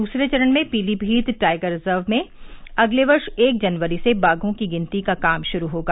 दूसरे चरण में पीलीमीत टाइगर रिजर्व में अगले वर्ष एक जनवरी से बाधों की गिनती का कार्य शुरू होगा